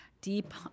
deep